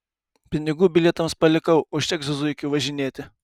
pinigų bilietams palikau užteks zuikiu važinėti